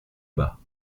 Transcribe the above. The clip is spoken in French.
bas